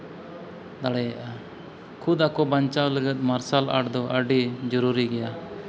ᱫᱟᱲᱮᱭᱟᱜᱼᱟ ᱠᱷᱩᱫ ᱟᱠᱚ ᱵᱟᱧᱪᱟᱣ ᱞᱟᱹᱜᱤᱫ ᱢᱟᱨᱥᱟᱞ ᱟᱨᱴ ᱫᱚ ᱟᱹᱰᱤ ᱡᱚᱨᱩᱨᱤ ᱜᱮᱭᱟ